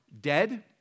dead